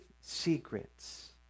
secrets